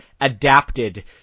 adapted